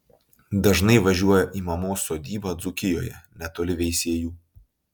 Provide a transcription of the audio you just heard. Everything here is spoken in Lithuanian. dažnai važiuoja į mamos sodybą dzūkijoje netoli veisiejų